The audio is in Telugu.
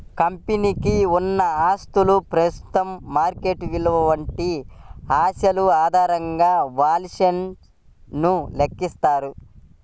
కంపెనీకి ఉన్న ఆస్తుల ప్రస్తుత మార్కెట్ విలువ వంటి అంశాల ఆధారంగా వాల్యుయేషన్ ను లెక్కిస్తారు